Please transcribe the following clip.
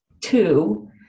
two